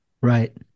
Right